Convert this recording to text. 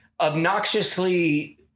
obnoxiously